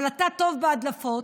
אבל אתה טוב בהדלפות,